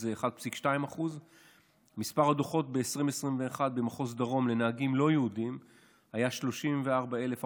שזה 1.2%. מספר הדוחות ב-2021 במחוז דרום לנהגים לא יהודים היה 34,423,